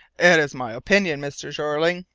it is my opinion, mr. jeorling,